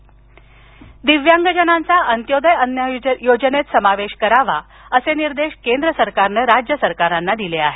दिव्यांग दिव्यांगजनांचा अंत्योदय अन्न योजनेत समावेश करावा असे निर्देश केंद्र सरकारनं राज्य सरकारांना दिले आहेत